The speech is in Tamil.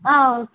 ஆ ஓகே